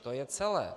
To je celé.